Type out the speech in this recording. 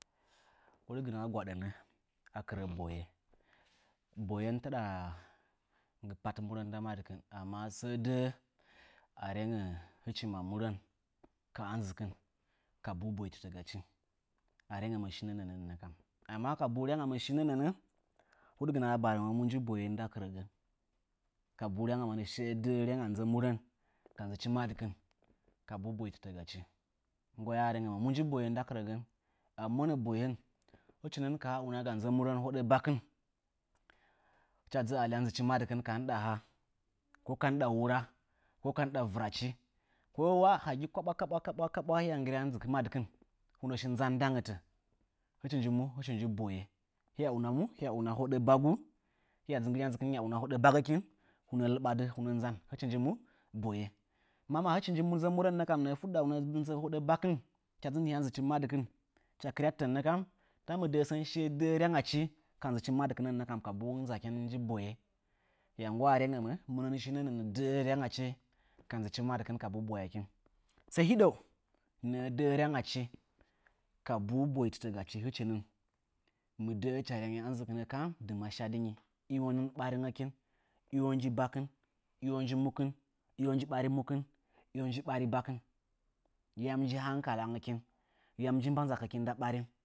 Hɨɗgɨnə a gwaɗəmɨmə a kɨrə boye. Boyen taɗa nggɨ pat muwə nda maɗchi amma səə dəə a rengə hɨchi ma murən ka ɨnzɨkɨn kabnu boitɨtə gachi. A rengə shinən nə kam. Amma kabun ryangamɨn, nyangamɨn ryanga nzə murən səə dəə ka nzɨchi madɨkɨn kabu boɨdɨɗə gachi. To mu nji boye nda kɨrəngən? A mɨmonə boye, hɨchi nɨn ka haa unanga nzə murən hoɗə bakɨn hɨcha dzɨ alya nzɨchi madɨkɨn ka ndɨɗa ha ko ka ndɨɗa wura ko ka ndɨɗa vɨrachi, ko wa hagi kaɓwa kaɓwa hiya nggɨrya madɨkɨn. Hunəa shi nzan ndatə, hɨchi nji boye. Hiya una mu? Hiya una hoɗə bagu, hɨnyi tsu hɨnya una hoɗə bagəkin, hunəa lɨɓa dɨ hunəa dzɨ nzan. Hɨchi nji mu? Hɨchi nji boye. Mama hɨchin nə nzə murə hɨcha dzɨ nihya nzɨchi madɨkɨn hɨcha kɨryatɨtən nə kam, ta mɨ dəə sən sən ryangachi ka ɨnzɨkɨnən nə kam. Ya nggwa a rengəmə, munɨn shinə nə'ə də'ə ryangachi ka nzɨ madɨkɨn kabuu bwayakin? Sə hiɗou nəə də'ə ryangachi kabuv boitɨrə gachi, mɨ də'ə hɨcha rengə, ɨnzɨnɨnə kam iwo nji baningətə, dɨma shadɨnyi? Iwonji bakɨn, iwo nji mukɨn iwo nji ɓari mukɨn iwo nji ɓari bakɨn? Yam nji hangkalangəkin? Yam nji mba nzakəkin nda ɓarin?